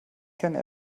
keinen